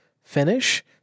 finish